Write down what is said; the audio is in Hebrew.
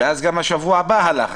ואז גם השבוע הבא הלך